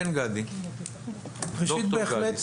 כן, ד"ר גדי.